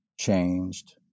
changed